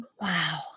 Wow